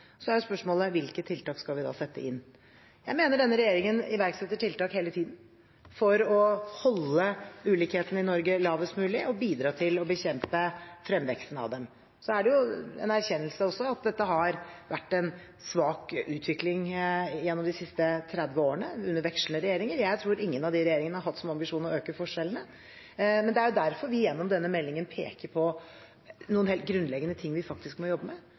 Så er spørsmålet hvilke tiltak vi skal sette inn. Jeg mener denne regjeringen iverksetter tiltak hele tiden for å holde ulikhetene i Norge minst mulig og bidra til å bekjempe fremveksten av dem. Så er det en erkjennelse at det har vært en svak utvikling gjennom de siste 30 årene, under vekslende regjeringer. Jeg tror ingen av de regjeringene har hatt som ambisjon å øke forskjellene. Det er jo derfor vi gjennom denne meldingen peker på noen helt grunnleggende ting vi må jobbe med.